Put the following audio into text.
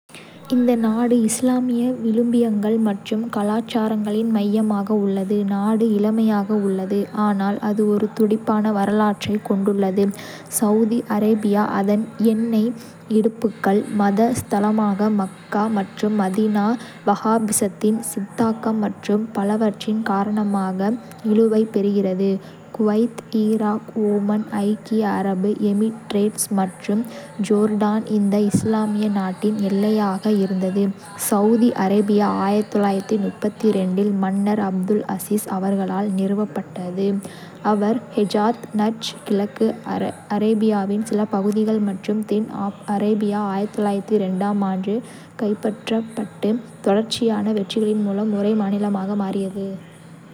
இந்த நாடு இஸ்லாமிய விழுமியங்கள் மற்றும் கலாச்சாரங்களின் மையமாக உள்ளது. நாடு இளமையாக உள்ளது, ஆனால் அது ஒரு துடிப்பான வரலாற்றைக் கொண்டுள்ளது. சவூதி அரேபியா அதன் எண்ணெய் இருப்புக்கள், மத ஸ்தலங்களான மக்கா மற்றும் மதீனா, வஹாபிசத்தின் சித்தாந்தம் மற்றும் பலவற்றின் காரணமாக இழுவைப் பெறுகிறது. குவைத், ஈராக், ஓமன், ஐக்கிய அரபு எமிரேட்ஸ் மற்றும் ஜோர்டான் இந்த இஸ்லாமிய நாட்டின் எல்லையாக இருந்தது. சவூதி அரேபியா இல் மன்னர் அப்துல் அசிஸ் அவர்களால் நிறுவப்பட்டது, அவர் ஹெஜாஸ், நஜ்த், கிழக்கு அரேபியாவின் சில பகுதிகள் மற்றும் தென் அரேபியா 1902 ஆம் ஆண்டு கைப்பற்றப்பட்டு, தொடர்ச்சியான வெற்றிகளின் மூலம் ஒரே மாநிலமாக மாறியது.